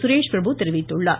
சுரேஷ்பிரபு தெரிவித்துள்ளார்